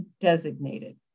designated